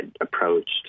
approached